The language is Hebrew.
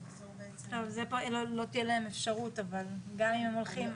טוב, פה לא תהיה להם אפשרות, גם אם הם הולכים.